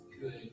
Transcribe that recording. good